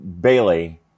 Bailey –